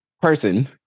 Person